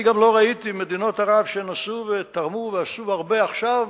אני גם לא ראיתי מדינות ערב שנסעו ותרמו ועשו הרבה עכשיו,